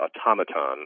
automaton